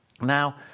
Now